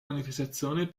manifestazione